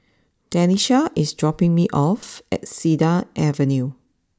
Denisha is dropping me off at Cedar Avenue